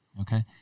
Okay